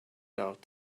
doubt